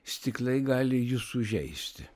stiklai gali jus sužeisti